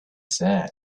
said